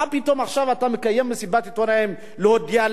מה פתאום עכשיו אתה מקיים מסיבת עיתונאים להודיע?